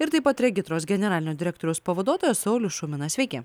ir taip pat regitros generalinio direktoriaus pavaduotojas saulius šuminas sveiki